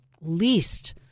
least